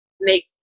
make